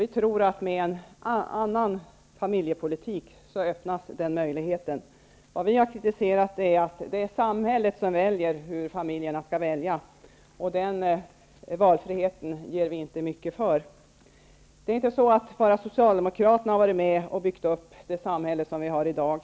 Vi tror att den möjligheten öppnas med en annan familjepolitik. Vi har kritiserat att det är samhället som väljer hur familjerna skall välja. Den valfriheten ger vi inte mycket för. Det är inte bara Socialdemokraterna som har varit med och byggt upp det samhälle som vi har i dag.